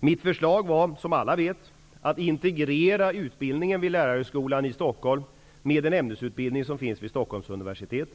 Mitt förslag var, som alla vet, att integrera utbildningen vid Lärarhögskolan i Stockholm med en den ämnesutbildning som finns vid Stockholms universitet.